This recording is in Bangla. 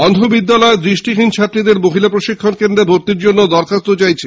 অন্ধ বিদ্যালয় দৃষ্টিহীন ছাত্রীদের মহিলা প্রশিক্ষণ কেন্দ্রে ভর্তির জন্য দরখাস্ত চাইছে